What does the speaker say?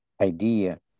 idea